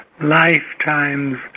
lifetimes